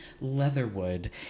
Leatherwood